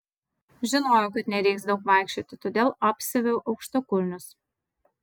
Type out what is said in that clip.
žinojau kad nereiks daug vaikščioti todėl apsiaviau aukštakulnius